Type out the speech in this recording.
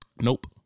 Nope